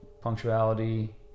punctuality